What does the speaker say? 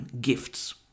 gifts